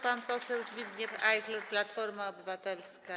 Pan poseł Zbigniew Ajchler, Platforma Obywatelska.